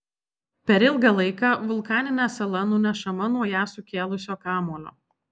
per ilgą laiką vulkaninė sala nunešama nuo ją sukėlusio kamuolio